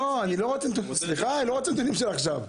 סליחה, אני לא רוצה נתונים של עכשיו.